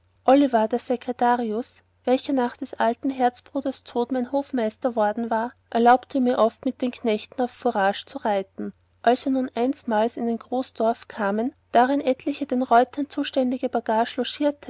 secretarius welcher nach des alten herzbruders tod mein hofmeister worden war erlaubte mir oft mit den knechten auf furage zu reiten als wir nun einsmals in ein groß dorf kamen darin etliche den reutern zuständige